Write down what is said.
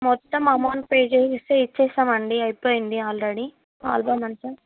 మొత్తం amount pay చేస్తే ఇస్తాం అండి అయిపోయింది ఆల్రెడీ ఆల్బమ్ అంతా